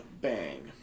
bang